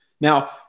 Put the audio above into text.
Now